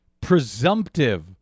presumptive